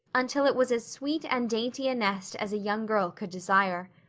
until it was as sweet and dainty a nest as a young girl could desire.